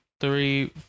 three